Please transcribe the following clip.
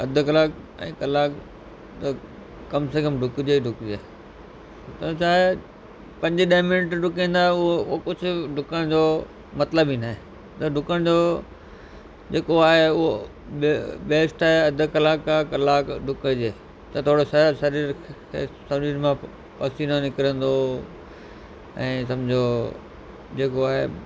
अध कलाक ऐं कलाक त कम से कमु डुकजे ई डुकजे त छा आहे पंज ॾह मिंट डुकींदा उहो कुझु डुकण जो मतिलबु ई न आहे डुकण जो जेको आहे उहो ब बेस्ट आहे अध कलाक खां कलाक डुकजे त थोड़ो छा आहे शरीर खे शरीर मां पसीनो निकिरंदो ऐं सम्झो जेको आहे